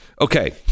Okay